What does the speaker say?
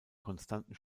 konstanten